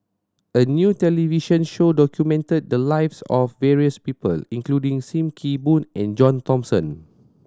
a new television show documented the lives of various people including Sim Kee Boon and John Thomson